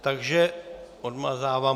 Takže odmazávám.